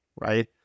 right